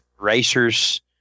racers